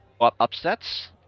upsets